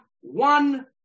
one